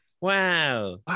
Wow